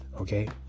okay